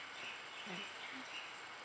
mm